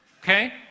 okay